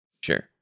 Sure